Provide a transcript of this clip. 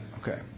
Okay